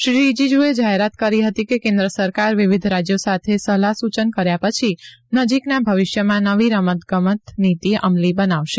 શ્રી રિજીજ્જએ જાહેરાત કરી હતી કે કેન્દ્ર સરકાર વિવિધ રાજ્યો સાથે સલાહ સૂચન કર્યા પછી નજીકના ભવિષ્યમાં નવી રમત ગમત નીતિ અમલી બનાવશે